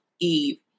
Eve